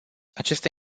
aceste